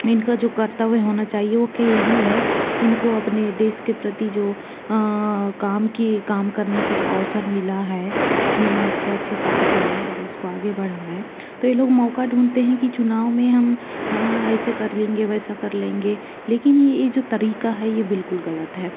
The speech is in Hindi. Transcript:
इनका जो कर्तव्य होना चाहिए वो क्या यही है इनको अपने देश के प्रति जो काम की काम करने का जो अवसर मिला है कि हम अच्छे अच्छे कार्य करें यदि इसको आगे बढ़ाना है तो ये लोग मौक़ा ढूंढते हैं कि चुनाव में हम ऐसे कर लेंगे वैसा कर लेंगे लेकिन ये जो तरीक़ा है यह बिल्कुल ग़लत है